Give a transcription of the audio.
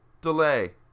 delay